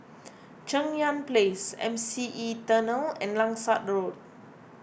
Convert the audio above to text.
Cheng Yan Place M C E Tunnel and Langsat Road